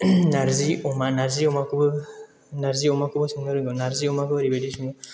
नारजि अमा नारजि अमाखौ नारजि अमाखौबो संनो रोंगौ नारजि अमाखौ ओरैबायदि सङो